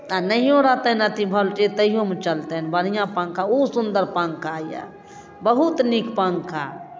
आ नहिओ रहतनि अथि वोल्टेज तहिओमे चलतनि बढ़िआँ पंखा ओ सुन्दर पंखा यए बहुत नीक पंखा